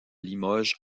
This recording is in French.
limoges